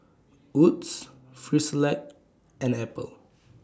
Wood's Frisolac and Apple